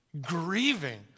grieving